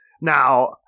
now